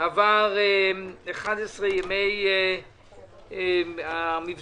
עברו 11 ימי המבצע,